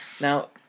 Now